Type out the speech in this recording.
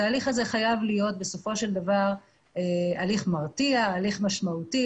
התהליך הזה חייב להיות בסופו של דבר הליך מרתיע ומשמעותי,